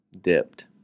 Dipped